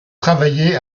travaillé